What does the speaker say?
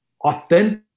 authentic